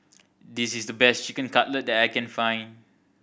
this is the best Chicken Cutlet that I can find